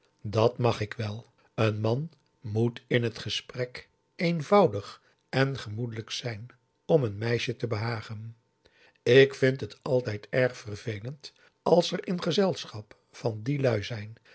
dat mag ik wel een man moet in het gesprek eenvoudig en gemoedelijk zijn om een meisje te behagen ik vind het altijd erg vervelend als er in gezelschap van die lui zijn